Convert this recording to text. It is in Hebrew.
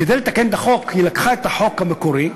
כדי לתקן את החוק היא לקחה את החוק המקורי,